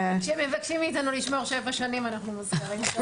כשמבקשים מאתנו לשמור שבע שנים אנחנו מוזכרים.